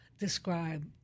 describe